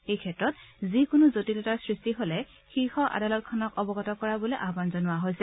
এইক্ষেত্ৰত যিকোনো জটিলতাৰ সৃষ্টি হ'ল শীৰ্ষ আদালতখনক অৱগত কৰাবলৈ আহান জনোৱা হৈছে